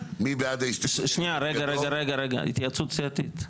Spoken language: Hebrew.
שנייה רגע רגע רגע התייעצות סיעתית.